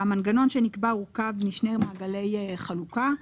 המנגנון שנקבע הורכב משני מעגלי חלוקה.